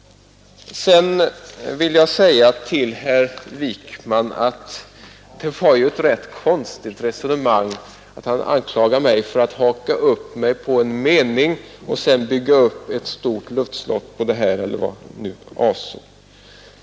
Sedan vill jag säga till herr Wijkman att det var ett rätt konstigt resonemang att anklaga mig för att hänga upp mig på en mening och sedan bygga upp ett stort luftslott på det — eller vad nu avsikten var.